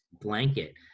blanket